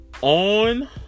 on